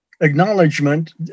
acknowledgement